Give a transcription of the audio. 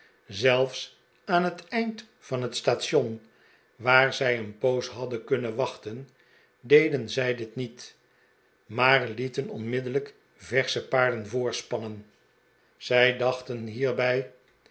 zelfs aan het eind van het station waar zij een poos hadden kunnen wachten deden zij dit niet maar lieten onmiddellijk versche paarden voorspannen zij dachten hierbij